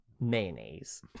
mayonnaise